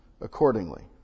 accordingly